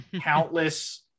countless